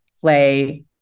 play